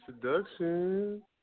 Seduction